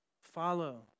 follow